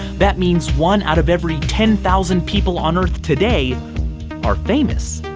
that means one out of every ten thousand people on earth today are famous.